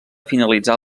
finalitzar